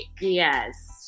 Yes